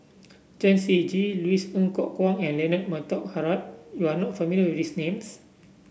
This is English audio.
Chen Shiji Louis Ng Kok Kwang and Leonard Montague Harrod you are not familiar with these names